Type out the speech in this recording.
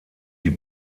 die